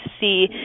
see